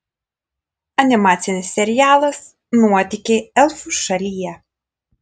animacinis serialas nuotykiai elfų šalyje